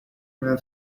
man